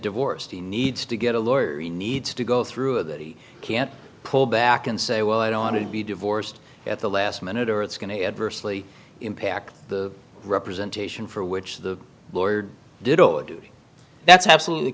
divorced he needs to get a lawyer he needs to go through that he can't pull back and say well i don't want to be divorced at the last minute or it's going to adversely impact the representation for which the lord did all that's absolutely